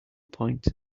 point